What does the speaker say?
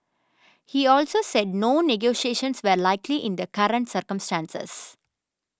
he also said no negotiations were likely in the current circumstances